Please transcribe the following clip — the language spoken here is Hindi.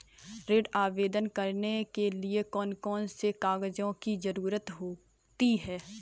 ऋण आवेदन करने के लिए कौन कौन से कागजों की जरूरत होती है?